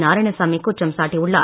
நாராயணசாமி குற்றம் சாட்டியுள்ளார்